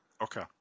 Okay